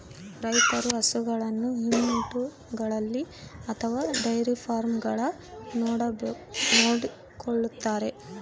ರೈತರು ಹಸುಗಳನ್ನು ಹಿಂಡುಗಳಲ್ಲಿ ಅಥವಾ ಡೈರಿ ಫಾರ್ಮ್ಗಳಾಗ ನೋಡಿಕೊಳ್ಳುತ್ತಾರೆ